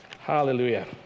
Hallelujah